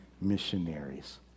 missionaries